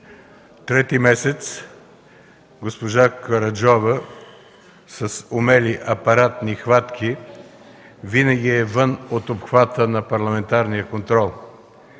Трети месец госпожа Караджова с умели апаратни хватки винаги е вън от обхвата на парламентарния контрол.